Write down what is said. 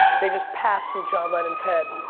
they just passed from john lennon's head.